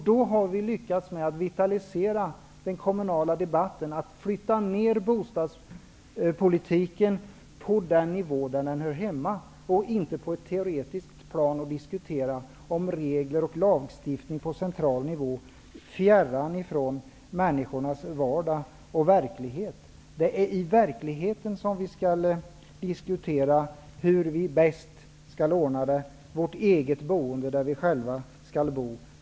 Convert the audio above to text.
Då har vi lyckats med att vitalisera den kommunala debatten och flytta ned bostadspolitiken på den nivå den hör hemma på. Man skall inte diskutera centrala regler och central lagstiftning på ett tekniskt plan -- fjärran från människors vardag och verklighet. Det är i verkligheten som vi skall diskutera hur vi bäst skall ordna vårt eget boende.